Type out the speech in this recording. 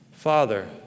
Father